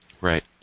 Right